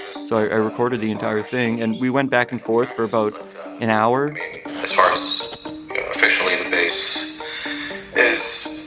so i recorded the entire thing and we went back and forth for about an hour as far as officially, the base is